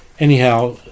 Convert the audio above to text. Anyhow